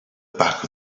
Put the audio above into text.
back